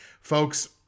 folks